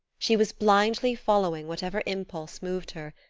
she was blindly following whatever impulse moved her,